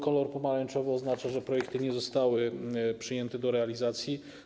Kolor pomarańczowy oznacza, że projekty nie zostały przyjęte do realizacji.